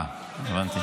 לא, אמרתי בלשון רבים.